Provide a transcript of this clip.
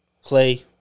Clay